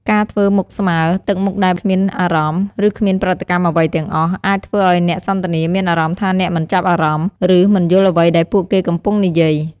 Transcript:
ការធ្វើមុខស្មើ ទឹកមុខដែលគ្មានអារម្មណ៍ ឬគ្មានប្រតិកម្មអ្វីទាំងអស់ អាចធ្វើឲ្យអ្នកសន្ទនាមានអារម្មណ៍ថាអ្នកមិនចាប់អារម្មណ៍ ឬមិនយល់អ្វីដែលពួកគេកំពុងនិយាយ។